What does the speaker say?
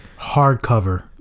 hardcover